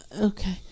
Okay